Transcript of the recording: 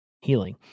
healing